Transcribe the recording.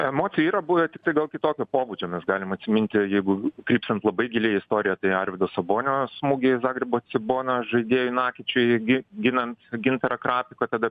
emocijų yra buvę tikrai gal kitokio pobūdžio mes galime atsiminti jeigu krypstant labai giliai į istoriją tai arvydo sabonio smūgį zagrebo cibona žaidėjui nakičiui irgi ginant gintarą krapiką tada